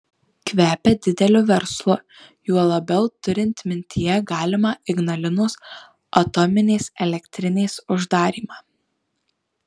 kvepia dideliu verslu juo labiau turint mintyje galimą ignalinos atominės elektrinės uždarymą